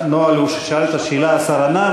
הנוהל הוא ששאלת שאלה והשר ענה.